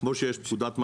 כמו שיש פקודת מטכ"ל,